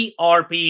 ERP